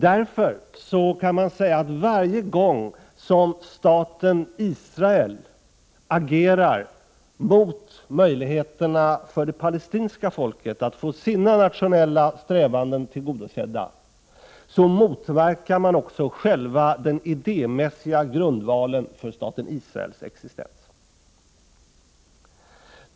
Därför kan man säga att varje gång som staten Israel agerar mot möjligheterna för det palestinska folket att få sina nationella strävanden tillgodosedda, motverkar man också själva den idémässiga grundvalen för staten Israels existens.